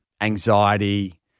anxiety